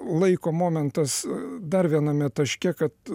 laiko momentas dar viename taške kad